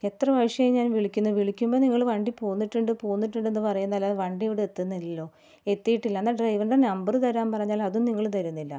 എത്ര പ്രാവശ്യമായി ഞാൻ വിളിക്കുന്നു വിളിക്കുമ്പോൾ നിങ്ങൾ വണ്ടി പോന്നിട്ടുണ്ട് പോന്നിട്ടുണ്ട് എന്ന് പറയുക അല്ലാതെ വണ്ടി ഇവിടെ എത്തുന്നില്ലല്ലോ എത്തിയിട്ടില്ല എന്നാൽ ഡ്രൈവറുടെ നമ്പർ തരാൻ പറഞ്ഞാൽ അതും നിങ്ങൾ തരുന്നില്ല